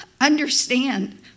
understand